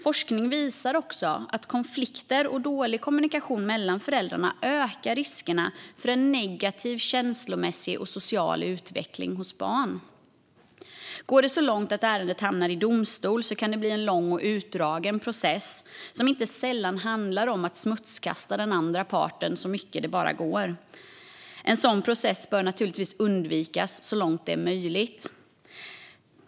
Forskning visar också att konflikter och dålig kommunikation mellan föräldrarna ökar riskerna för en negativ känslomässig och social utveckling hos barn. Går det så långt att ärendet hamnar i domstol kan det bli en lång och utdragen process som inte sällan handlar om att smutskasta den andra parten så mycket det bara går. En sådan process bör naturligtvis undvikas så långt det är möjligt.